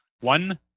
One